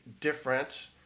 different